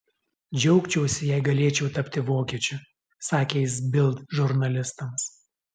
džiaugčiausi jei galėčiau tapti vokiečiu sakė jis bild žurnalistams